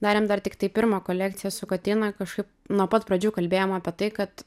darėm dar tiktai pirmą kolekciją su kotyna kažkaip nuo pat pradžių kalbėjom apie tai kad